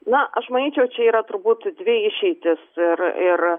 na aš manyčiau čia yra turbūt dvi išeitys ir ir